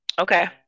Okay